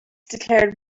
declared